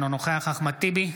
אינו נוכח אחמד טיבי,